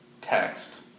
text